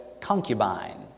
concubine